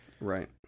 Right